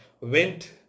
went